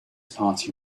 party